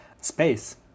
space